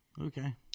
Okay